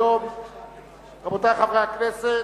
רבותי חברי הכנסת,